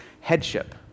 headship